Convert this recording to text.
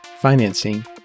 financing